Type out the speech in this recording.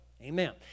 Amen